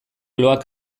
loak